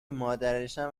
مادرشم